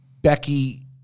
Becky